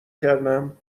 کردم